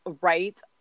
right